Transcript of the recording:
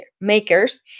makers